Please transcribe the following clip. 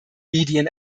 medien